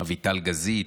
אביטל גזית,